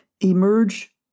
emerge